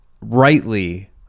rightly